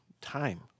time